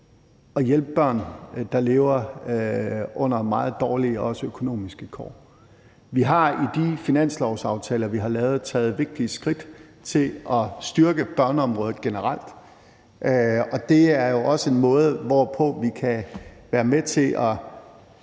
at hjælpe børn, der lever under meget dårlige kår, også økonomisk. Vi har i de finanslovsaftaler, vi har lavet, taget vigtige skridt til at styrke børneområdet generelt. Det er jo også en måde, hvorpå vi kan være med til at